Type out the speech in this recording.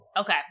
Okay